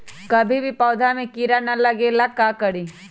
कभी भी पौधा में कीरा न लगे ये ला का करी?